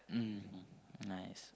mm nice